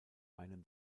einem